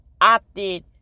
opted